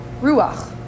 ruach